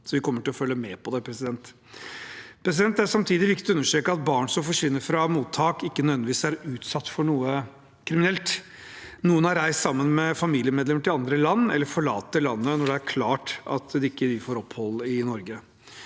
og vi kommer til å følge med på det. Det er samtidig viktig å understreke at barn som forsvinner fra mottak, ikke nødvendigvis er utsatt for noe kriminelt. Noen har reist sammen med familiemedlemmer til andre land eller forlater landet når det er klart at de ikke får opphold i Norge.